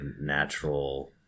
natural